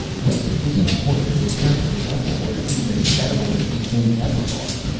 this isn't poisoned, it's perfectly edible, or at least as edible as these things ever are.